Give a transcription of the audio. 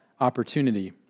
opportunity